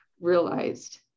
realized